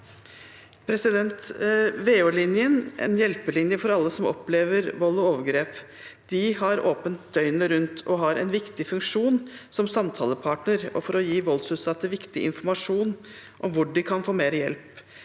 VO-linjen er en hjelpe- linje for alle som opplever vold og overgrep. De har åpent døgnet rundt. De har en viktig funksjon som samtalepartner og for å gi voldsutsatte viktig informasjon om hvor de kan få mer hjelp,